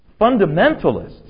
fundamentalists